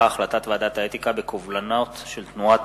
החלטת ועדת האתיקה בקובלנות של תנועת